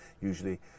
usually